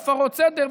והפרות סדר,